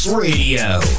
Radio